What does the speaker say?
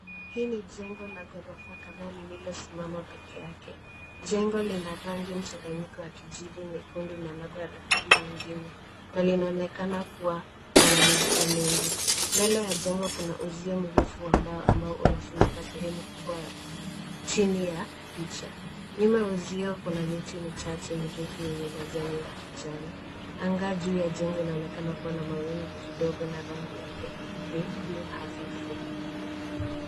Hii ni jengo la ghorofa kadhaa liliosimama pekee yake. Jengo lina rangi mchanganyiko ya kijivu, nyekundu na labda rangi nyingine na linaonekana kuwa na madirisha mengi. Mbele ye jengo kuna uzio mrefu wa mbao ambao unaofunika sehemu kubwa ya chini ya picha. Nyuma ya uzio kuna miti michache mirefu yenye majani ya kijani. Angaa juu ya jengo inaonekana kuwa namawingu kidogo na rangi yake ni blue hafifu.